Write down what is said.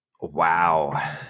wow